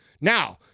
now